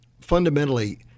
fundamentally